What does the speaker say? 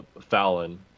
Fallon